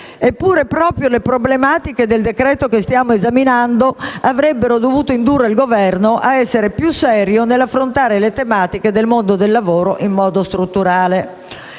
Eppure, proprio le problematiche del decreto-legge che stiamo esaminando avrebbero dovuto indurre il Governo a essere più serio nell'affrontare le tematiche del mondo del lavoro in modo strutturale.